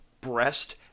breast